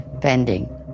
pending